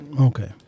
Okay